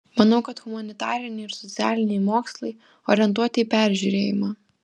manau kad humanitariniai ir socialiniai mokslai orientuoti į peržiūrėjimą